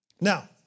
Now